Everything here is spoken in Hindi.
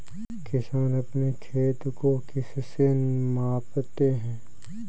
किसान अपने खेत को किससे मापते हैं?